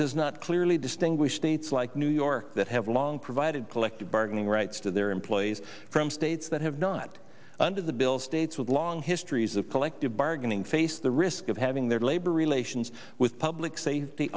does not clearly distinguish states like new york that have long provided collective bargaining rights to their employees from states that have not under the bill states with long histories of collective bargaining face the risk of having their labor relations with public safety